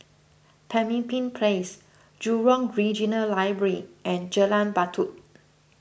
Pemimpin Place Jurong Regional Library and Jalan Batu